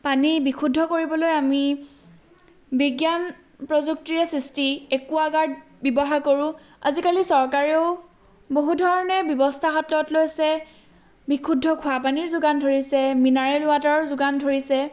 পানী বিশুদ্ধ কৰিবলৈ আমি বিজ্ঞান প্ৰযুক্তিৰে সৃষ্টি একুৱাগাৰ্ড ব্যৱহাৰ কৰোঁ আজিকালি চৰকাৰেও বহুধৰণে ব্যৱস্থা হাতত লৈছে বিশুদ্ধ খোৱা পানীৰ যোগান ধৰিছে মিনাৰেল ৱাটাৰৰ যোগান ধৰিছে